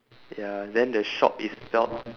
ya then the shop itself